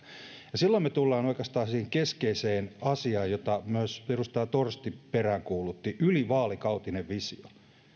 silloin me tulemme oikeastaan siihen keskeiseen asiaan jota myös edustaja torsti peräänkuulutti ylivaalikautinen visio